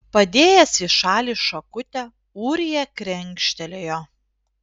padėjęs į šalį šakutę ūrija krenkštelėjo